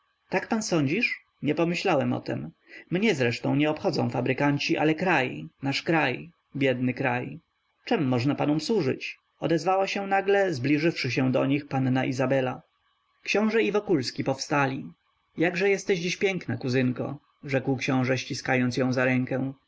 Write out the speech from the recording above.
tak pan sądzisz nie pomyślałem o tem mnie zresztą nie obchodzą fabrykanci ale kraj nasz kraj biedny kraj czem można panom służyć odezwała się nagle zbliżywszy się do nich panna izabela książe i wokulski powstali jakże jesteś dziś piękna kuzynko rzekł książe ściskając ją za rękę